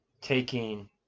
taking